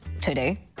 today